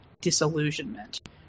disillusionment